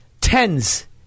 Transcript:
tens